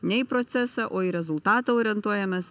ne į procesą o į rezultatą orientuojamės